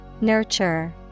Nurture